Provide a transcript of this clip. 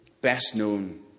best-known